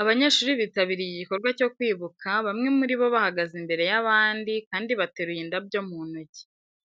Abanyeshuri bitabiriye igikorwa cyo kwibuka, bamwe muri bo bahagaze imbere y'abandi kandi bateruye indabyo mu ntoki.